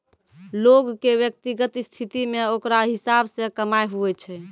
लोग के व्यक्तिगत स्थिति मे ओकरा हिसाब से कमाय हुवै छै